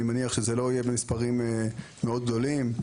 אני מניח שזה לא יהיה במספרים מאוד גדולים.